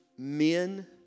Men